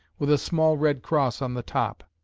with a small red cross on the top.